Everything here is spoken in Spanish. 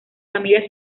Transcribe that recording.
familia